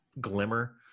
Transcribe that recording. glimmer